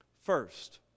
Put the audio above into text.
First